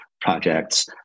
projects